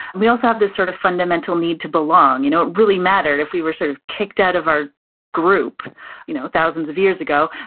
we also have this sort of fundamental need to belong. you know it really mattered if we were sort of kicked out of our group you know thousands of years ago.